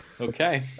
Okay